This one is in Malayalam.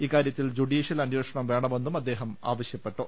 ഇക്കാര്യത്തിൽ ജുഡീഷ്യൽ അന്വേഷണം വേണമെന്നും അദ്ദേഹം ആവശ്യപ്പെട്ടു